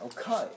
okay